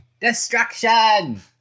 Destruction